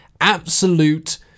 absolute